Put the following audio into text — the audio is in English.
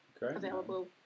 available